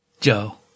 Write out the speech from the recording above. Joe